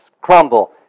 crumble